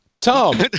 Tom